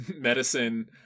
medicine